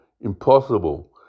impossible